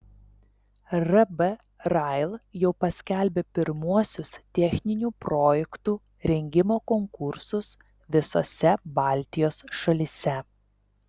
rb rail jau paskelbė pirmuosius techninių projektų rengimo konkursus visose baltijos šalyse